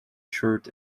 tshirt